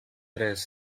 tres